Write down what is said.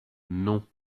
non